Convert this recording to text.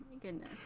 goodness